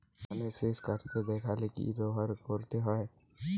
ধানের শিষ কাটতে দেখালে কি ব্যবহার করতে হয়?